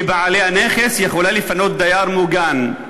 כבעלי הנכס, יכולה לפנות דייר מוגן: